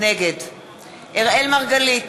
נגד אראל מרגלית,